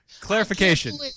Clarification